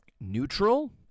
neutral